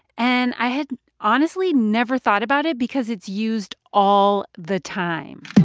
and i had honestly never thought about it because it's used all the time